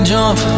jump